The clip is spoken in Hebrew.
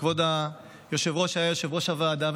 כבוד היושב-ראש היה יושב-ראש הוועדה,